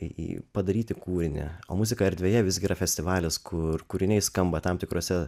į padaryti kūrinį o muzika erdvėje visgi yra festivalis kur kūriniai skamba tam tikrose